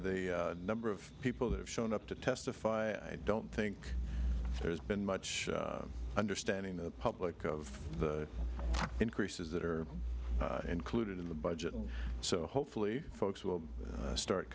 the number of people who've shown up to testify i don't think there's been much understanding of public of the increases that are included in the budget so hopefully folks will start